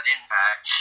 Impact